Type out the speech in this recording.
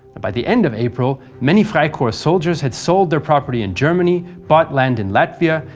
by the end of april, many freikorps soldiers had sold their property in germany, bought land in latvia,